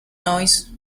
noise